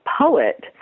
poet